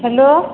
hello